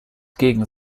gegen